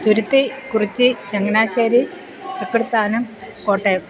തുരുത്ത് കുറിച്ചി ചങ്ങനാശ്ശേരി അക്ക്ടത്താനം കോട്ടയം